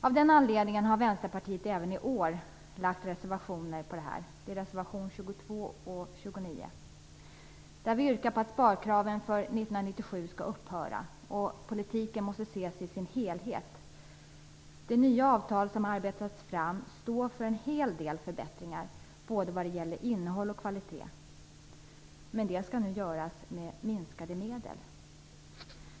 Av den anledningen har Vänsterpartiet även i år lagt reservationer på den här punkten, och det är reservationerna 22 och 29. Vi yrkar där att sparkraven för 1997 skall upphöra. Politiken måste ses i sin helhet. Det nya avtal som har arbetats fram står för en hel del förbättringar vad gäller både innehåll och kvalitet. Men det skall nu göras med minskade medel.